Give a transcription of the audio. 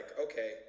okay